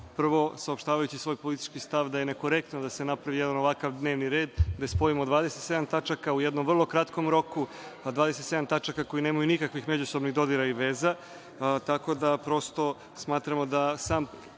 Prvo, saopštavajući svoj politički stav da je nekorektno da se napravi jedan ovakav dnevni red, da spojimo 27 tačaka u jednom vrlo kratkom roku, a 27 tačaka koje nemaju nikakvih međusobnih dodira i veza, tako da prosto smatramo da sam